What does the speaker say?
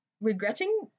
regretting